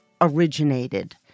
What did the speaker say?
originated